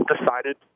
decided